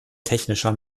technischer